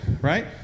Right